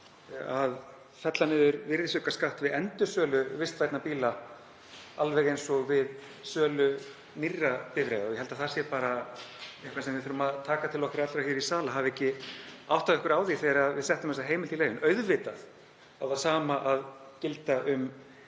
að fella niður virðisaukaskatt við endursölu vistvænna bíla alveg eins og við sölu nýrra bifreiða. Ég held að það sé bara eitthvað sem við þurfum að taka til okkar allra hér í sal að hafa ekki áttað okkur á því þegar við settum þá heimild í lögin. Auðvitað á það sama að gilda um